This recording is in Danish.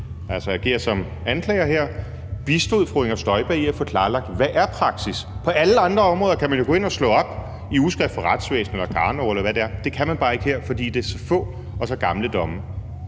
her, bistod fru Inger Støjberg med at få klarlagt, hvad der er praksis? På alle andre områder kan man jo gå ind og slå op i Ugeskrift for Retsvæsen eller Karnov eller hvad det er – det kan man bare ikke her, fordi det er så få og så gamle domme.